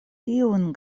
tiujn